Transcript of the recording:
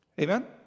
Amen